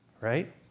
right